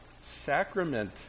sacrament